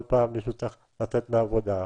כל פעם מישהו צריך לצאת לעבודה,